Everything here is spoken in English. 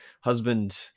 husband